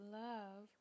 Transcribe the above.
love